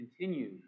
continue